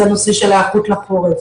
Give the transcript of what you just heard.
זה הנושא של ההיערכות לחורף.